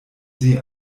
sie